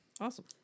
Awesome